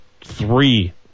three